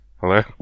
Hello